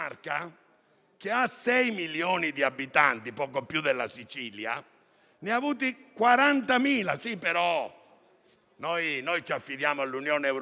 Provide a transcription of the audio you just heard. che ha sei milioni di abitanti, poco più della Sicilia, ne ha avute 40.000. Però, noi ci affidiamo all'Unione europea